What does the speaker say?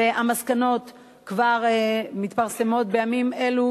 והמסקנות כבר מתפרסמות בימים אלו,